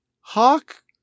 Hawk